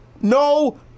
No